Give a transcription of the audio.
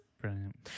Brilliant